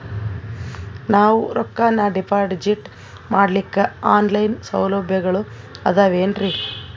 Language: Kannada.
ನಾವು ರೊಕ್ಕನಾ ಡಿಪಾಜಿಟ್ ಮಾಡ್ಲಿಕ್ಕ ಆನ್ ಲೈನ್ ಸೌಲಭ್ಯಗಳು ಆದಾವೇನ್ರಿ?